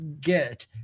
get